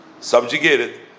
subjugated